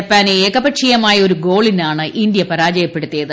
ജപ്പാനെ ഏകപക്ഷീയമായ് ഒരു ഗോളിനാണ് ഇന്ത്യ പരാജയപ്പെടുത്തിയത്